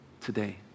Today